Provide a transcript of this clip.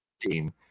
team